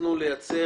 הצלחנו לייצר